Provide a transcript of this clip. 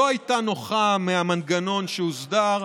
לא הייתה נוחה מהמנגנון שהוסדר,